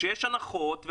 יש הנחות,